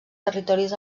territoris